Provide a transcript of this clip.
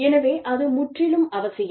எனவே அது முற்றிலும் அவசியம்